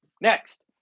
next